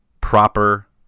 proper